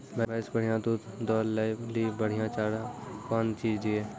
भैंस बढ़िया दूध दऽ ले ली बढ़िया चार कौन चीज दिए?